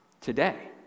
today